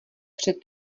před